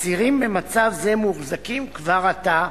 אסירים במצב זה מוחזקים כבר עתה,